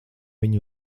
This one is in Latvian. viņu